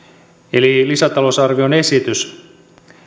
eli lisätalousarvion esitys